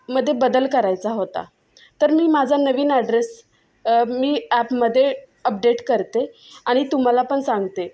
मध्ये बदल करायचा होता तर मी माझा नवीन ॲड्रेस मी ॲपमध्ये अपडेट करते आणि तुम्हाला पण सांगते